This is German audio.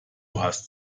hast